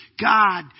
God